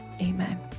amen